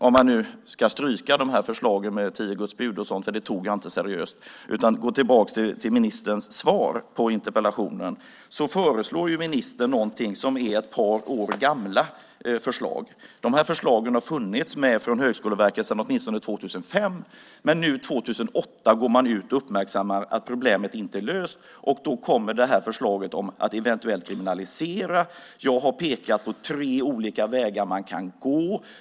Om man nu ska stryka förslagen med tio Guds bud och sådant - det tog jag inte seriöst - och gå tillbaka till ministerns svar på interpellationen föreslår ju ministern något som är ett par år gamla förslag. De förslagen har funnits med från Högskoleverket sedan åtminstone 2005, men nu 2008 går man ut och uppmärksammar att problemet inte är löst. Då kommer det här förslaget att eventuellt kriminalisera. Jag har pekat på tre olika vägar som man kan gå.